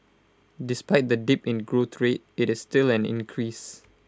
despite the dip in growth rate IT is still an increase